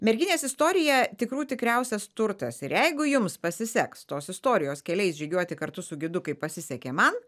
merkinės istorija tikrų tikriausias turtas ir jeigu jums pasiseks tos istorijos keliais žygiuoti kartu su gidu kaip pasisekė man